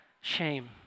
shame